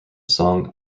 song